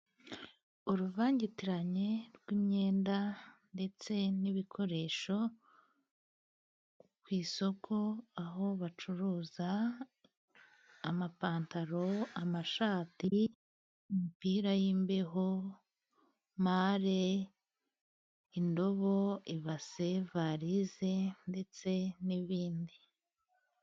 Uruvangitirane rw' imyenda ndetse n' ibikoresho ku isoko aho bacuruza, amapantaro, amashati, imipira y' imbeho, mare, indobo, ibase, varize ndetse n' ibindi...